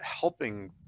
helping